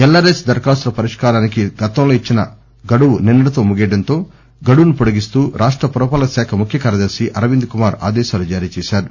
L R S ధరఖాస్తుల పరిష్కారానికి గతంలో ఇచ్చిన గడువు నిన్స టితో ముగియడంతో గడువును పొడిగిస్తూ రాష్ట పురపాలక శాఖ ముఖ్యకార్యదర్శి అరవింద్ కుమార్ ఆదేశాలు జారీ చేశారు